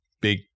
big